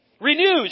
Renewed